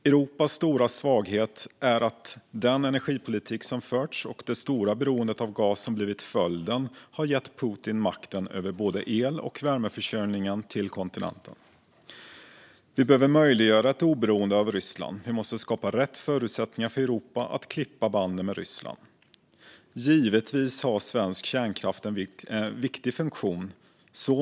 Europas stora svaghet är att den energipolitik som förts, och det stora beroende av gas som blivit följden, har gett Putin makten över både el och värmeförsörjningen på kontinenten. Vi behöver möjliggöra ett oberoende av Ryssland. Vi måste skapa rätt förutsättningar för Europa att klippa banden med Ryssland. Givetvis har svensk kärnkraft en viktig funktion.